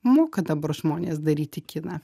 moka dabar žmonės daryti kiną